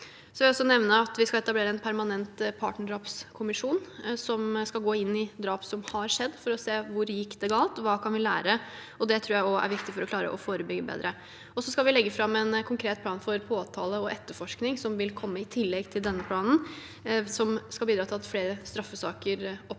vi skal etablere en permanent partnerdrapskommisjon som skal gå inn i drap som har skjedd for å se hvor det gikk galt, og hva vi kan lære. Det tror jeg også er viktig for å klare å forebygge bedre. Så skal vi legge fram en konkret plan for påtale og etterforskning som vil komme i tillegg til denne planen, som skal bidra til at flere straffesaker oppklares